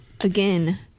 again